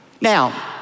Now